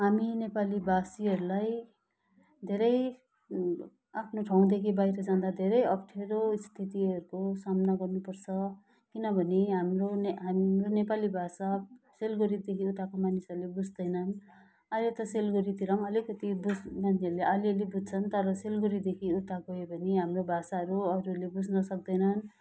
हामी नेपाली भाषीहरूलाई धेरै आफ्नो ठाउँदेखि बाहिर जाँदा धेरै अप्ठ्यारो स्थितिहरूको सामना गर्नुपर्छ किनभने हाम्रो नेपाली भाषा सिलगढीदेखि उताका मानिसहरूले बुझ्दैनन् अहिले त सिलगढीतिर पनि अलिकति बुझ् मान्छेहरूले अलिअलि बुझ्छन् तर सिलगढीदेखि उता गयो भने हाम्रो भाषाहरू अरूले बुझ्न सक्दैनन्